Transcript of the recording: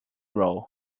roll